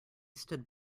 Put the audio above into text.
stood